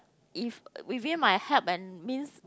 if within my help and means